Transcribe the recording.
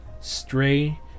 Stray